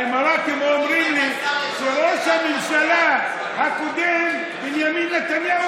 האמירתים אומרים לי: שראש הממשלה הקודם בנימין נתניהו,